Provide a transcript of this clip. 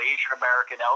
Asian-American